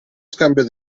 scambio